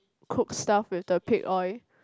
cook stuff with the pig oil